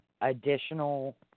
additional